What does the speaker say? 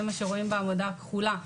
זה מה שרואים בעמודה הכחולה,